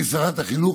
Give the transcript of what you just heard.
גברתי שרת החינוך,